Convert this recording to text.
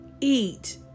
eat